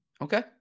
Okay